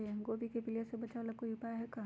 गोभी के पीलिया से बचाव ला कोई उपाय है का?